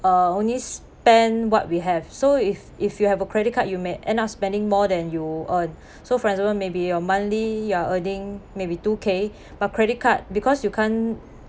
uh only spend what we have so if if you have a credit card you may end up spending more than you earn so for example maybe your monthly you're earning maybe two K but credit card because you can't